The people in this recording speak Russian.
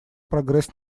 прогресс